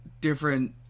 different